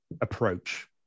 approach